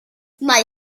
mae